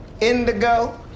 indigo